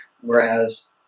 whereas